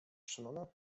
szymona